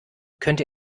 könnte